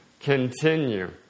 continue